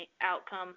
outcome